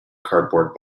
cardboard